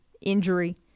injury